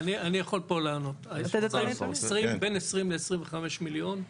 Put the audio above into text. אני יכול לענות פה, בין עשרים לעשרים וחמש מיליון.